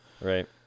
Right